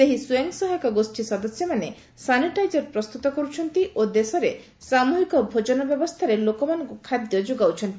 ସେହି ସ୍ନୟଂସହାୟକ ଗୋଷୀ ସଦସ୍ୟମାନେ ସାନିଟାଇଜର ପ୍ରସ୍ତୁତ କରୁଛନ୍ତି ଓ ଦେଶରେ ସାମ୍ରହିକ ଭୋଜନ ବ୍ୟବସ୍ଥାରେ ଲୋକମାନଙ୍କୁ ଖାଦ୍ୟ ଯୋଗାଉଛନ୍ତି